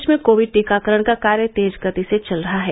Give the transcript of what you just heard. प्रदेश में कोविड टीकाकरण का कार्य तेज गति से चल रहा है